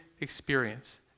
experience